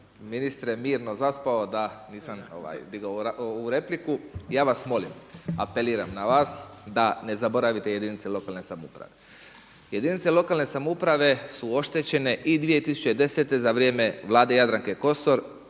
ministre, mirno zaspao da nisam digao ovu repliku. Ja vas molim, apeliram na vas, da ne zaboravite jedinice lokalne samouprave. Jedinice lokalne samouprave su oštećene i 2010. za vrijeme Vlade Jadranke Kosor